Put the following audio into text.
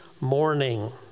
morning